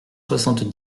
soixante